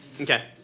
Okay